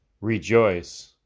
rejoice